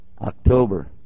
October